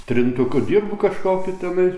trintuku dirbu kažkokiu tenais